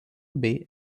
bei